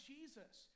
Jesus